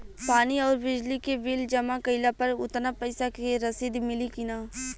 पानी आउरबिजली के बिल जमा कईला पर उतना पईसा के रसिद मिली की न?